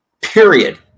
period